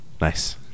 nice